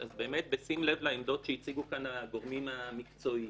אז באמת בשים לב לעמדות שהציגו כאן הגורמים המקצועיים,